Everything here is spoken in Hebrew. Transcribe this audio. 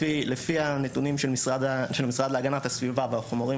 לפי הנתונים של המשרד להגנת הסביבה והחומרים